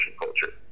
culture